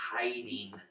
hiding